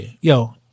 Yo